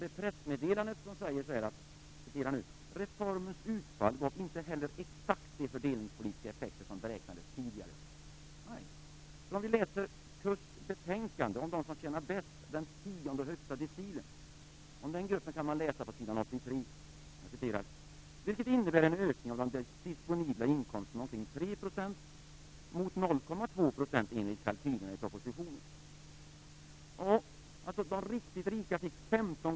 I pressmeddelandet står följande: Reformens utfall gav inte heller exakt de fördelningspolitiska effekter som beräknades tidigare. På s. 83 i KUSK:s betänkande kan man läsa om den grupp som tjänar bäst - den tionde och högsta decilen: Det innebär en ökning av den disponibla inkomsten med omkring 3 %, mot 0,2 % enligt kalkylerna i propositionen.